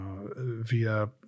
via